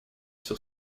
sur